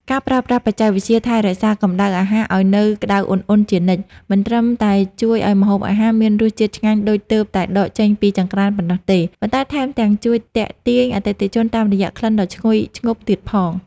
ការប្រើប្រាស់បច្ចេកវិទ្យាថែរក្សាកម្ដៅអាហារឱ្យនៅក្ដៅអ៊ុនៗជានិច្ច មិនត្រឹមតែជួយឱ្យម្ហូបអាហារមានរសជាតិឆ្ងាញ់ដូចទើបតែដកចេញពីចង្រ្កានប៉ុណ្ណោះទេ ប៉ុន្តែថែមទាំងជួយទាក់ទាញអតិថិជនតាមរយៈក្លិនដ៏ឈ្ងុយឈ្ងប់ទៀតផង។